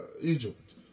Egypt